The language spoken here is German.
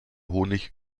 honig